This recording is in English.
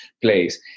place